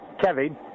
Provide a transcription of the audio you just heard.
Kevin